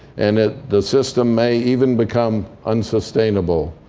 and ah the system may even become unsustainable.